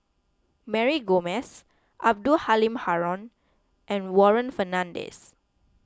Mary Gomes Abdul Halim Haron and Warren Fernandez